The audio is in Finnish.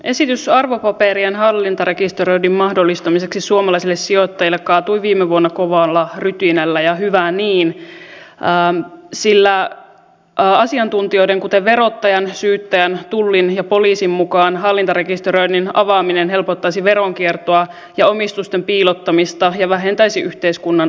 esitys arvopaperien hallintarekisteröinnin mahdollistamiseksi suomalaisille sijoittajille kaatui viime vuonna kovalla rytinällä ja hyvä niin sillä asiantuntijoiden kuten verottajan syyttäjän tullin ja poliisin mukaan hallintarekisteröinnin avaaminen helpottaisi veronkiertoa ja omistusten piilottamista ja vähentäisi yhteiskunnan avoimuutta